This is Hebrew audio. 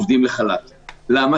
למה?